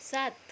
सात